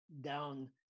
down